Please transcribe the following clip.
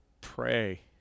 pray